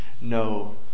no